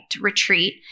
retreat